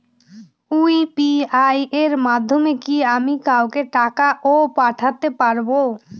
UPI এর মাধ্যমে কি আমি কাউকে টাকা ও পাঠাতে পারবো?